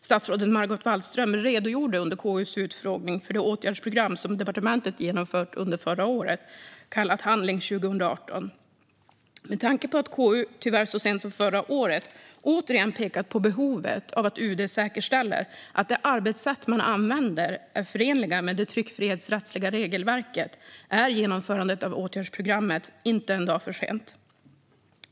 Statsrådet Margot Wallström redogjorde under KU:s utfrågning för det åtgärdsprogram som departementet genomfört under förra året, kallat Handling 2018. Med tanke på att KU så sent som förra året återigen pekade på behovet av att UD säkerställer att de arbetssätt man använder är förenliga med det tryckfrihetsrättsliga regelverket kommer genomförandet av detta åtgärdsprogram inte en dag för sent.